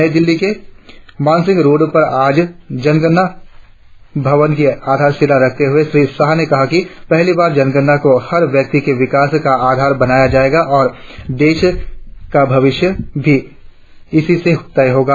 नई दिल्ली के मानसिंह रोड पर आज जनगणना भवन की आधारशिला रखते हुए श्री शाह ने कहा कि पहली बार जनगणना को हर व्यक्ति के विकास का आधार बनाया जाएगा और देश का भविष्य भी इसी से तय होगा